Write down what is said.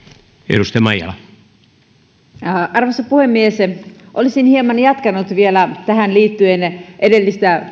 arvoisa puhemies olisin vielä hieman jatkanut liittyen edelliseen